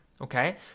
okay